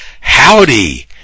howdy